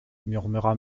murmura